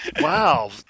Wow